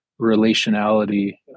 relationality